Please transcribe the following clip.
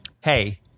hey